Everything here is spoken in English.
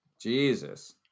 Jesus